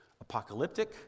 apocalyptic